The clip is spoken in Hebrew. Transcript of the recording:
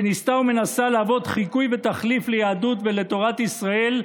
שניסתה ומנסה להוות חיקוי ותחליף ליהדות ולתורת ישראל,